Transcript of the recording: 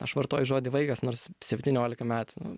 aš vartoju žodį vaikas nors septyniolika metų